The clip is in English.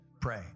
Pray